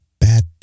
bad